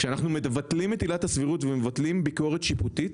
כשאנחנו מבטלים את עילת הסבירות ומבטלים ביקורת שיפוטית,